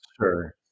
Sure